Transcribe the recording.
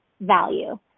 value